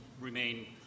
remain